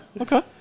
okay